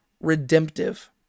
redemptive